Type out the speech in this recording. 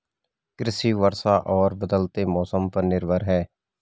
कृषि वर्षा और बदलते मौसम पर निर्भर है